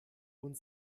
und